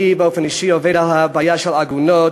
אני באופן אישי עובד על הבעיה של העגונות,